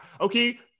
okay